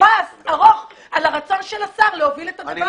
פס ארוך על הרצון של השר להוביל את הדבר הזה.